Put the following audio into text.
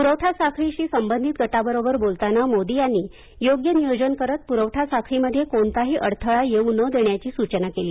पुरवठा साखळीशी संबंधित गटाबरोबर बोलताना मोदी यांनी योग्य नियोजन करत पुरवठा साखळीमध्ये कोणताही अडथळा येऊ न देण्याची सूचना केली